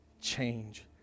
change